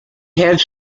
have